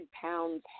pounds